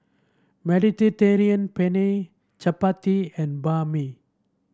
Mediterranean Penne Chapati and Banh Mi